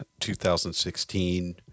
2016